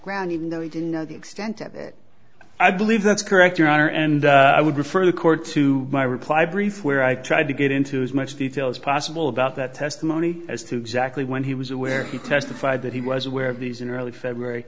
ground even though he didn't know the extent of it i believe that's correct your honor and i would refer the court to my reply brief where i tried to get into as much detail as possible about that testimony as to exactly when he was aware he testified that he was aware of these in early february